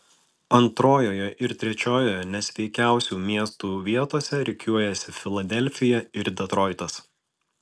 antrojoje ir trečiojoje nesveikiausių miestų vietose rikiuojasi filadelfija ir detroitas